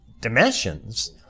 dimensions